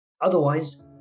otherwise